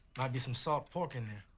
be some salt pork in